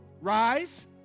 rise